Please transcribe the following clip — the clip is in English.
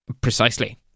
precisely